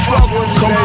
Come